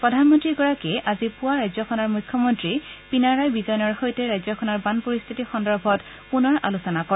প্ৰধানমন্ত্ৰী গৰাকীয়ে আজি পুৱা ৰাজ্যখনৰ মুখ্যমন্ত্ৰী পিনাৰায় বিজয়েনৰ সৈতে ৰাজ্যখনৰ বান পৰিস্থিতি সন্দৰ্ভত পুনৰ আলোচনা কৰে